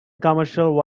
commercially